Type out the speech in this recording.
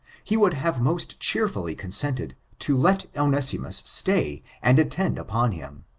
he would have most cheerfully consented to let onesimus stay and attend upon him,